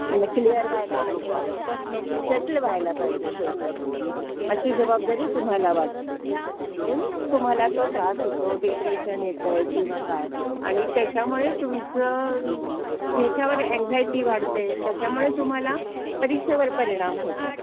मग क्लिअर व्हायला पाहिजे लवकर नोकरी सेटल व्हायला पाहिजे थोडक्यात अशी जबाबदारी तुम्हाला वाटते म्हणून तुम्हाला तो त्रास होतो डिप्रेशन येत आहे किंवा काय आणि त्याच्यामुळे तुमचं ह्याच्यावर एन्झायटी वाढते त्याच्यामुळे तुम्हाला परीक्षेवर परिणाम होतो